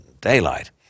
daylight